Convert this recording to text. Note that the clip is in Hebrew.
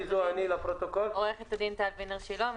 7),